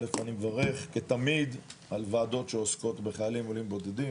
אני מברך כתמיד על ועדות שעוסקות בחיילים בודדים.